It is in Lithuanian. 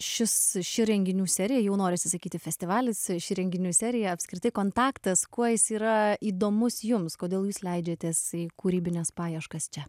šis ši renginių serija jau norisi sakyti festivalis ši renginių serija apskritai kontaktas kuo jis yra įdomus jums kodėl jūs leidžiatės į kūrybines paieškas čia